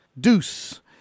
deuce